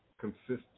consistent